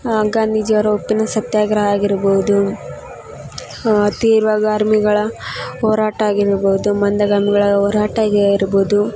ಆ ಗಾಂಧೀಜಿಯವ್ರ ಉಪ್ಪಿನ ಸತ್ಯಾಗ್ರಹ ಆಗಿರ್ಬೋದು ತೀರ್ವಗಾಮೊಗಳ ಹೋರಾಟ ಆಗಿರ್ಬೋದು ಮಂದಗಾಮಿಗಳ ಹೋರಾಟಗೀರ್ಬೋದು